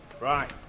Right